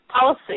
policy